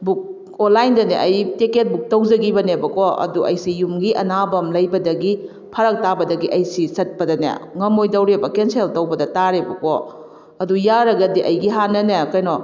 book ꯑꯣꯟꯂꯥꯏꯟꯗꯅꯦ ꯑꯩ ticket book ꯇꯧꯖꯈꯤꯕꯅꯦꯕꯀꯣ ꯑꯗꯨ ꯑꯩꯁꯤ ꯌꯨꯝꯒꯤ ꯑꯅꯥꯕ ꯑꯝ ꯂꯩꯕꯗꯒꯤ ꯐꯔꯛ ꯇꯥꯕꯗꯒꯤ ꯑꯩꯁꯤ ꯆꯠꯄꯗꯅꯦ ꯉꯝꯃꯣꯏꯗꯧꯔꯦꯕ ꯀꯦꯟꯁꯦꯜ ꯇꯧꯕꯗ ꯇꯥꯔꯦꯕꯀꯣ ꯑꯗꯨ ꯌꯥꯔꯒꯗꯤ ꯑꯩꯒꯤ ꯍꯥꯟꯅꯅꯦ ꯀꯩꯅꯣ